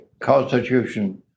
Constitution